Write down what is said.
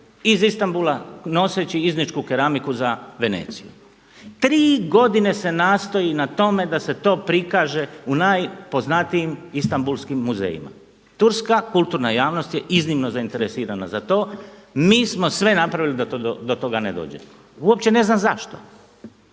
iz Istambula noseći izničku keramiku za Veneciju. 3 godine se nastoji na tome da se to prikaže u najpoznatijim istambulskim muzejima. Turska kulturna javnost je iznimno zainteresirana za to, mi smo sve napravili da do toga ne dođe. Uopće ne znam zašto.